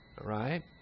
right